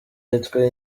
yitwa